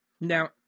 Now